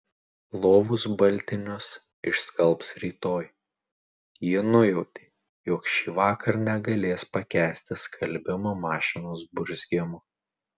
lovos baltinius išskalbs rytoj ji nujautė jog šįvakar negalės pakęsti skalbimo mašinos burzgimo